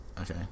okay